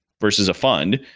versus a fund,